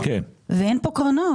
אין כאן קרנות.